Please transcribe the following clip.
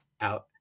out